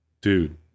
dude